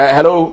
Hello